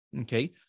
Okay